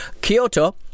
Kyoto